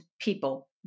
people